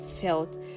felt